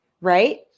Right